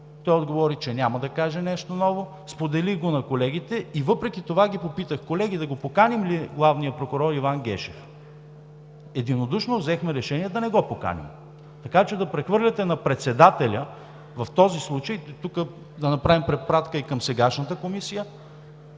той отговори, че няма да каже нещо ново. Споделих го с колегите и въпреки това ги попитах: колеги, да поканим ли главния прокурор Иван Гешев? Единодушно взехме решение да не го поканим, така че да прехвърляте на председателя в този случай, тук да направим препратка и към сегашната комисия…